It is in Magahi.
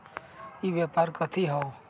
ई व्यापार कथी हव?